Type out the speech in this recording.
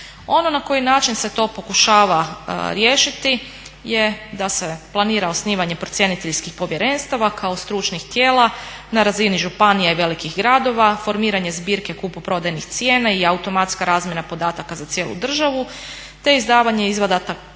Ono na koji način se to pokušava riješiti je da se planira osnivanje procjeniteljskih povjerenstava kao stručnih tijela na razini županija i velikih gradova, formiranje zbirke kupoprodajnih cijena i automatska razmjena podataka za cijelu državu te izdavanje izvadaka iz